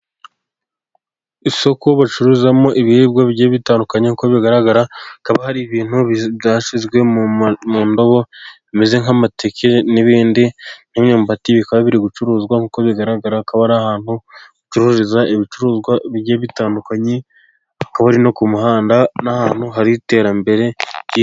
Isoko bacuruzamo ibiribwa bigiye bitandukanye, uko bigaragara hakaba hari ibintu byashyizwe mu ndobo bimeze nk'amateke, n'ibindi n'imyumbati bikaba biri gucuruzwa, nk'uko bigaragara hakaba ari ahantu bacururiza ibicuruzwa bigiye bitandukanye, hakaba and ri no ku muhanda ni ahantu hari iterambere ry'i......